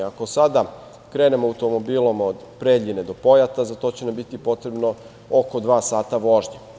Ako sada krenemo automobilom od Preljine do Pojata za to će nam biti potrebno oko dva sata vožnje.